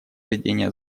ведения